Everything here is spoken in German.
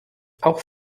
auch